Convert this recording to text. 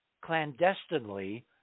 clandestinely